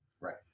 Right